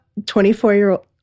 24-year-old